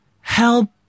Help